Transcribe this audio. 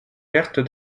pertes